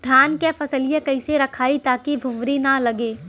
धान क फसलिया कईसे रखाई ताकि भुवरी न लगे?